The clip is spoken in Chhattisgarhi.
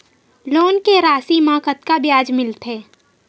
लोन के राशि मा कतका ब्याज मिलथे?